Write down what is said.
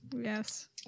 Yes